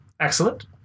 Excellent